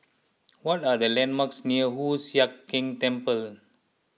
what are the landmarks near Hoon Sian Keng Temple